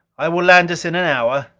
i will land us in an hour.